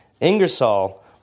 Ingersoll